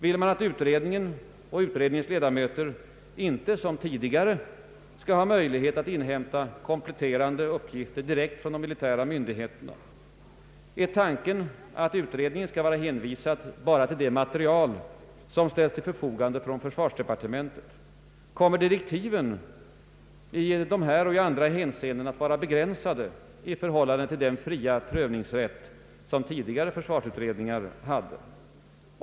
Vill man att utredningen och dess ledamöter inte som tidigare skall ha möjlighet att inhämta kompletterande uppgifter direkt från de militära myndigheterna? Är tanken att utredningen skall vara hänvisad bara till det material som ställs till förfogande från försvarsdepartementet? Kommer dess direktiv i dessa och andra hänseenden att vara begränsade i förhållande till den fria prövningsrätt som tidigare försvarsutredningar haft?